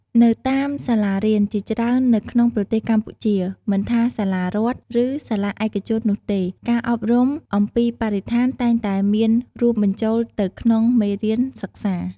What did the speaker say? នៅតាមសាលារៀនជាច្រើននៅក្នុងប្រទេសកម្ពុជា មិនថាសាលារដ្ឋ ឬ សាលាឯកជននោះទេ ការអប់រំអំពីបរិស្ថានតែងតែមានរួមបញ្ចូលទៅក្នុងមេរៀនសិក្សា។